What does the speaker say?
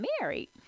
married